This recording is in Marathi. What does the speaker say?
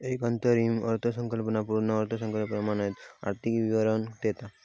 एक अंतरिम अर्थसंकल्प संपूर्ण अर्थसंकल्पाप्रमाण आर्थिक विवरण देता